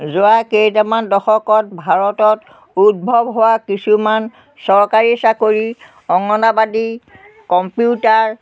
যোৱা কেইটামান দশকত ভাৰতত উদ্ভৱ হোৱা কিছুমান চৰকাৰী চাকৰি অংগনাবাদী কম্পিউটাৰ